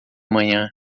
manhã